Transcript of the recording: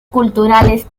culturales